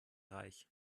reich